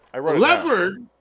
Leopard